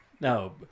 no